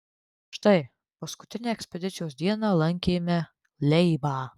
štai paskutinę ekspedicijos dieną lankėme leibą